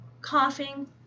coughing